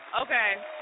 Okay